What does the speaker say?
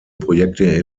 projekte